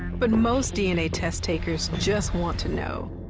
but most dna test-takers just want to know,